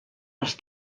els